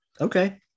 Okay